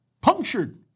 punctured